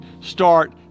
start